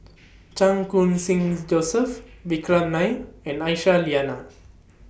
Chan Khun Sing Joseph Vikram Nair and Aisyah Lyana